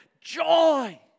joy